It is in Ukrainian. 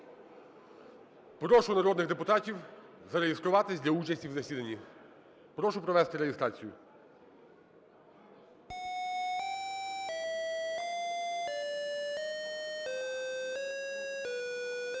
Прошу народних депутатів зареєструватись для участі в засіданні, прошу провести реєстрацію.